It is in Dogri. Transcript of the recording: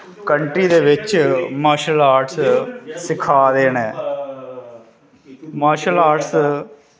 कंट्री दे विच मार्शल आर्ट्स सीखा दे नै मार्शल आर्ट्स